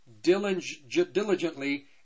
diligently